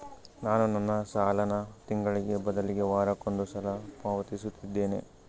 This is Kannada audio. ನಾನು ನನ್ನ ಸಾಲನ ತಿಂಗಳಿಗೆ ಬದಲಿಗೆ ವಾರಕ್ಕೊಂದು ಸಲ ಮರುಪಾವತಿಸುತ್ತಿದ್ದೇನೆ